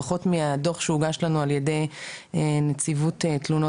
בוודאי שהמלחמה הראשונה היא על חיי אדם ועל שירותי בריאות,